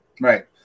Right